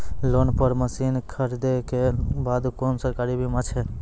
Loan पर मसीनऽक खरीद के बाद कुनू सरकारी बीमा छै?